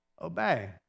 obey